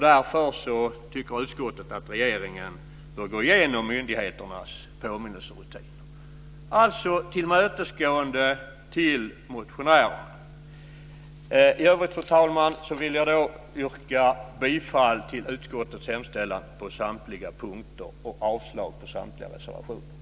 Därför tycker utskottet att regeringen bör gå igenom myndigheternas påminnelserutiner - alltså ett tillmötesgående mot motionärerna. I övrigt, fru talman, vill jag yrka bifall till utskottets förslag på samtliga punkter och avslag på samtliga reservationer.